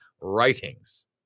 writings